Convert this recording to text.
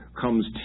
comes